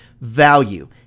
Value